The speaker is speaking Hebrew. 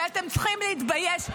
ואתם צריכים להתבייש.